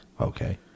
Okay